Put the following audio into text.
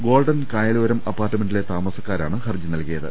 golden Kayaloram അപ്പാർട്ട്മെന്റിലെ താമ സക്കാരാണ് ഹർജി നൽകിയത്